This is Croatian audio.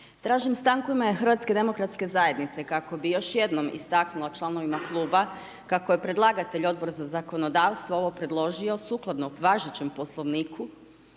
tražim stanku u ime HDZ-a kako bi još jednom istaknula članovima kluba kako je predlagatelj Odbor za zakonodavstvo ovo predložio sukladno važećem Poslovniku